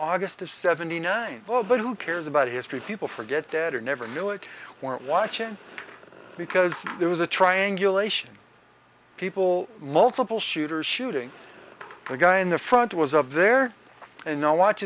august of seventy nine well but who cares about history people forget dead or never knew it weren't watching because there was a triangulation people multiple shooters shooting the guy in the front was of there and no watch